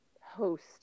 host